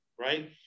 right